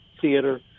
Theater